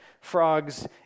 frogs